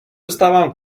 dostávám